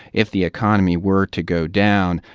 if the economy were to go down,